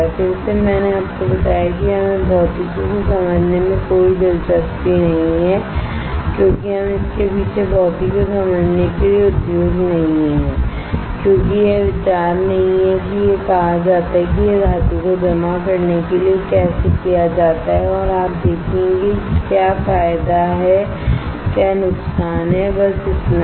फिर से मैंने आपको बताया कि हमें भौतिकी को समझने में कोई दिलचस्पी नहीं है क्योंकि हम इसके पीछे भौतिकी को समझने के लिए उद्योग नहीं हैं क्योंकि यह विचार नहीं है कि यह कहा जाता है कि यह धातु को जमा करने के लिए कैसे किया जाता है और आप देखेंगे कि क्या फायदा नुकसान है बस इतना ही